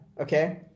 okay